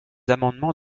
amendements